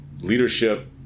leadership